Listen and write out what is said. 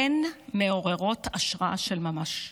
הן מעוררות השראה של ממש.